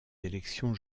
élections